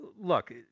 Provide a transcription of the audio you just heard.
look